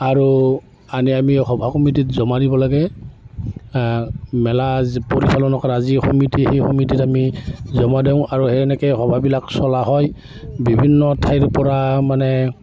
আৰু আনি আমি সভা কমিটিত জমা দিব লাগে মেলা পৰিচালনা কৰা যি সমিটি সেই সমিটিত আমি জমা দিওঁ আৰু সেনেকৈ সভাবিলাক চলা হয় বিভিন্ন ঠাইৰ পৰা মানে